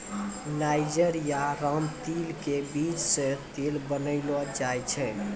niger या रामतिल के बीज सॅ तेल बनैलो जाय छै